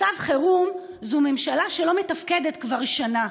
מצב חירום זו ממשלה שלא מתפקדת כבר שנה.